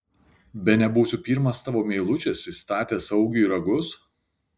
bene būsiu pirmas tavo meilužis įstatęs augiui ragus